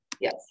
Yes